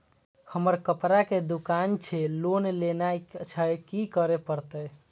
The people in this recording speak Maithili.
हमर कपड़ा के दुकान छे लोन लेनाय छै की करे परतै?